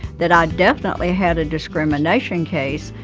that i definitely had a discrimination case.